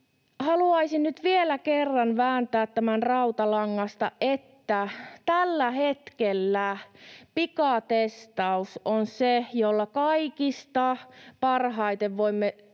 haluaisin nyt vielä kerran vääntää tämän rautalangasta, että tällä hetkellä pikatestaus on se, millä kaikista parhaiten voimme